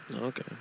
Okay